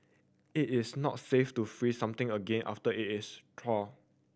it is not safe to freeze something again after it is thawed